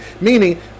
Meaning